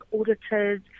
auditors